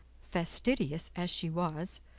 fastidious as she was,